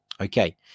Okay